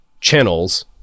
channels